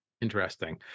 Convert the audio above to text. Interesting